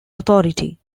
authority